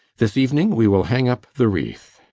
this evening we will hang up the wreath